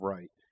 Right